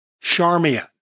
Charmian